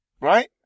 right